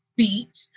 speech